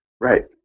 Right